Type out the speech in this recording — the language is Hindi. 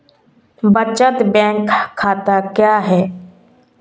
बचत बैंक खाता क्या है?